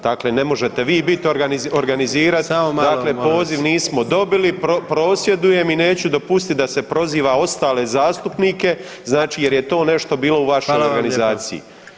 Dakle, ne možete vi biti organizirat [[Upadica: Samo malo molim vas.]] dakle poziv nismo dobili, prosvjedujem i neću dopustiti da se proziva ostale zastupnike znači jer je to nešto bilo u vašoj organizaciji.